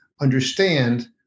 understand-